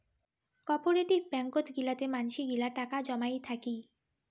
cooperative ব্যাঙ্কত গুলাতে মানসি গিলা টাকা জমাই থাকি